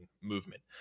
movement